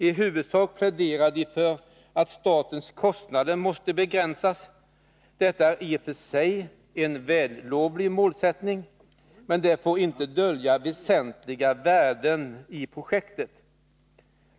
I huvudsak pläderar de för att statens kostnader måste begränsas. Detta är i och för sig en vällovlig målsättning, men den får inte dölja väsentliga värden i projektet.